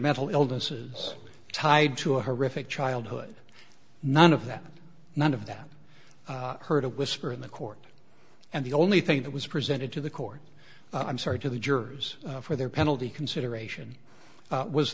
mental illnesses tied to a horrific childhood none of that none of that i heard a whisper in the court and the only thing that was presented to the court i'm sorry to the jurors for their penalty consideration